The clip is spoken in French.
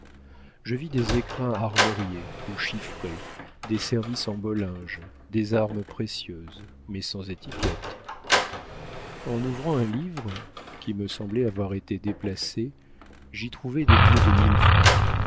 je vis des écrins armoriés ou chiffrés des services en beau linge des armes précieuses mais sans étiquettes en ouvrant un livre qui me semblait avoir été déplacé j'y trouvai des billets de mille francs